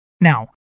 Now